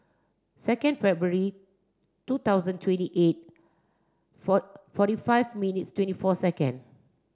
second February two thousand twenty eight four forty five minutes twenty four second